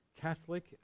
Catholic